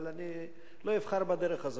אבל אני לא אבחר בדרך הזאת,